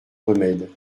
remède